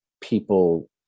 people